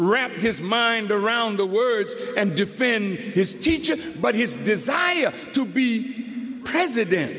ramp his mind around the words and defend his teacher but his desire to be president